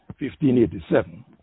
1587